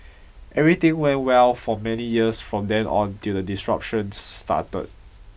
everything went well for many years from then on till the destruction started